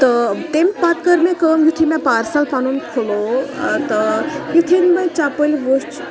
تہٕ تیٔمۍ پَتہٕ کٔر مےٚ کٲم یُتھُے مےٚ پارسَل پَنُن کھُلوو تہٕ یِتھُے مےٚ چَپٕلۍ وٕچھ